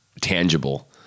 tangible